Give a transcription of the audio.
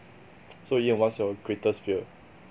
so ian what's your greatest fear